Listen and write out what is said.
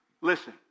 Listen